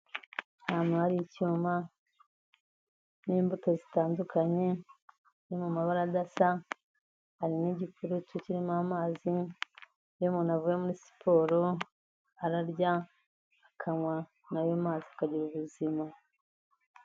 Ahantu hari icyuma ,n'imbuto zitandukanye, ziri mu mabara adasa ,hari n'igikureti kirimo amazi , iyo umuntu avuye muri siporo ,ararya, akanywa n'ayo mazi akagira ubuzima.